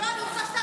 לא, אני רוצה שתעזרו